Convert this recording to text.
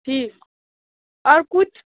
जी और कुछ